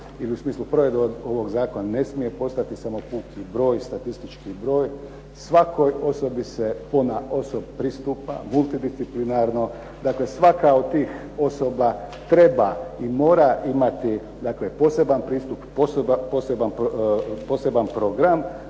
ili u smislu provedbe ovog zakona ne smije postati samo puki broj i statistički broj. Svakoj osobi se ponaosob pristupa multidisciplinarno. Dakle svaka od tih osoba treba i mora imati dakle poseban pristup, poseban program